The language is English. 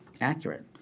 accurate